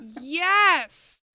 yes